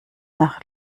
nach